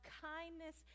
kindness